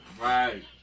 Right